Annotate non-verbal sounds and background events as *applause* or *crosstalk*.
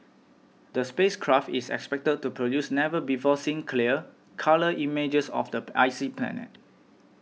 the space craft is expected to produce never before seen clear colour images of the *noise* icy planet